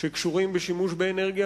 שקשורים בשימוש באנרגיה,